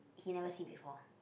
he never see before